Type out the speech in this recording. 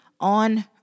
on